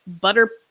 butter